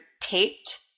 taped